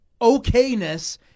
okayness